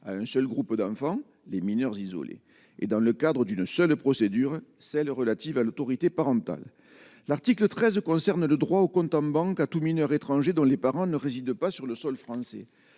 à un seul groupe d'enfants, les mineurs isolés et dans le cadre d'une seule procédure celle relative à l'autorité parentale, l'article 13 concernent le droit au compte en banque à tout mineurs étrangers dont les parents ne réside pas sur le sol français,